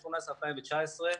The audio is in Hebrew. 2019-2018,